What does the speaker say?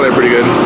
but pretty good.